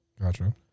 Gotcha